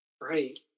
Right